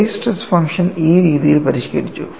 Airy's stress function ഈ രീതിയിൽ പരിഷ്ക്കരിച്ചു